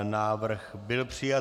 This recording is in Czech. Návrh byl přijat.